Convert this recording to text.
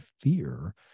fear